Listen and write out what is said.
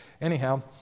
anyhow